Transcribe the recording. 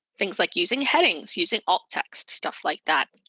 things like using headings, using alt text stuff like that.